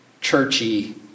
churchy